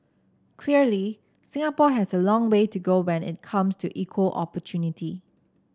clearly Singapore has a long way to go when it comes to equal opportunity